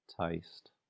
taste